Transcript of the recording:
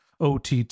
OTT